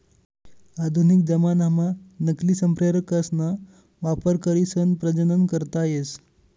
आधुनिक जमानाम्हा नकली संप्रेरकसना वापर करीसन प्रजनन करता येस